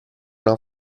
una